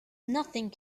nothing